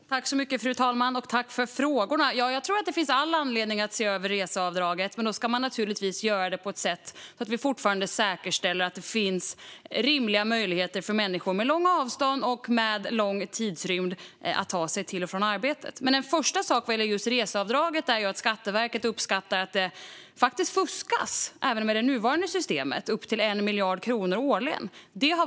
Fru talman! Jag tackar Anna-Caren Sätherberg för frågorna. Jag tror att det finns all anledning att se över reseavdraget, men då ska det givetvis göras på ett sådant sätt att vi fortfarande säkerställer att det finns rimliga möjligheter för människor med långa avstånd och långa restider att ta sig till och från arbetet. Men en första sak vad gäller just reseavdraget är att Skatteverket uppskattar att det även med det nuvarande systemet fuskas för upp till 1 miljard kronor årligen.